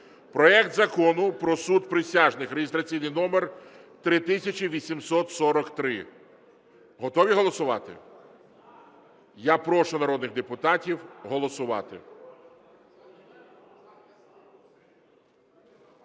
проект Закону про суд присяжних (реєстраційний номер 3843). Готові голосувати? Я прошу народних депутатів голосувати.